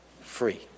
free